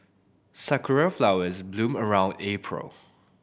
sakura flowers bloom around April